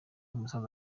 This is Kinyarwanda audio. umusaza